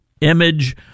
image